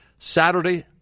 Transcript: Saturday